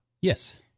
yes